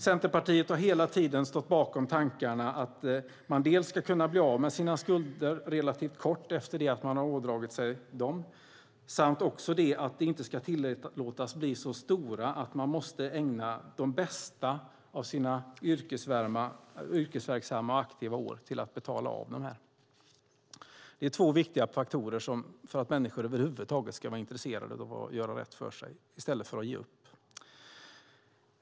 Centerpartiet har hela tiden stått bakom tankarna att man dels ska kunna bli av med sina skulder relativt kort efter det att man ådragit sig dem, dels att de inte ska tillåtas bli så stora att man måste ägna de bästa av sina yrkesverksamma och aktiva år åt att betala av dem. Det är två viktiga faktorer för att människor över huvud taget ska vara intresserade av att göra rätt för sig i stället för att ge upp.